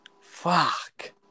Fuck